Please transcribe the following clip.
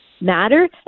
matter